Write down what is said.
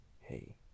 Hey